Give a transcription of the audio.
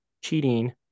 cheating